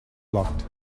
locked